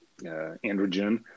androgen